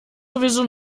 sowieso